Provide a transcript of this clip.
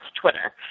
Twitter